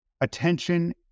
attention